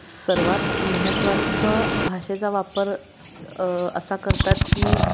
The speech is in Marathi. सर्वात महत्वाचा भाषेचा वापर असा करतात की